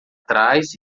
trás